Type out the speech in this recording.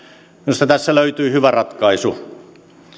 minusta tässä löytyi hyvä ratkaisu